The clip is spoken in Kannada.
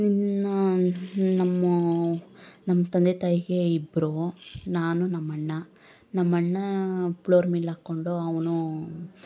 ನಮ್ಮ ನಮ್ಮ ತಂದೆ ತಾಯಿಗೆ ಇಬ್ಬರು ನಾನು ನಮ್ಮ ಅಣ್ಣ ನಮ್ಮ ಅಣ್ಣ ಪ್ಲೋರ್ ಮಿಲ್ ಹಾಕ್ಕೊಂಡು ಅವನು